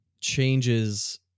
changes